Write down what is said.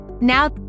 Now